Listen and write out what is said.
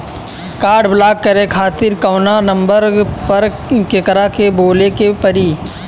Card block करे खातिर कवना नंबर पर केकरा के बोले के परी?